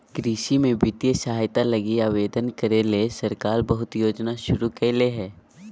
कृषि में वित्तीय सहायता लगी आवेदन करे ले सरकार बहुत योजना शुरू करले हइ